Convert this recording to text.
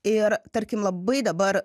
ir tarkim labai dabar